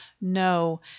No